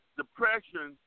depression